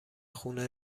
خونه